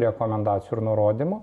rekomendacijų ir nurodymų